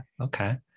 Okay